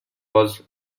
was